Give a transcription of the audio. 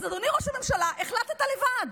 אז אדוני ראש הממשלה, החלטת לבד,